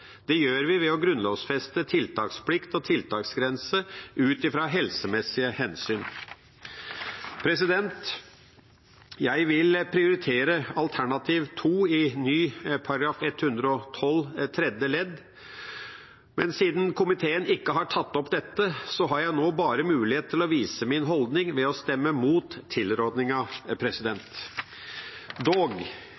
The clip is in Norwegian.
Det gjør vi ved å grunnlovfeste tiltaksplikt og tiltaksgrense ut fra helsemessige hensyn. Jeg vil prioritere alternativ 2 til ny § 112 tredje ledd, men siden komiteen ikke har tatt opp dette, har jeg nå bare mulighet til å vise min holdning ved å stemme